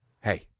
Hey